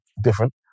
different